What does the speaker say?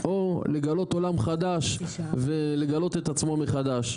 או לגלות עולם חדש ולגלות את עצמו מחדש.